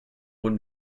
would